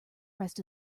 rest